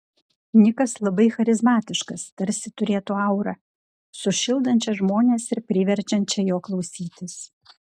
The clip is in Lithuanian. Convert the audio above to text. nikas labai charizmatiškas tarsi turėtų aurą sušildančią žmones ir priverčiančią jo klausytis